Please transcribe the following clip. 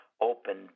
open